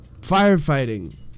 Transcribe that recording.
firefighting